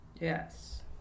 Yes